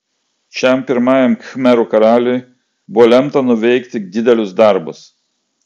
šiam pirmajam khmerų karaliui buvo lemta nuveikti didelius darbus